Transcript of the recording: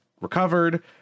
recovered